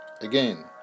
Again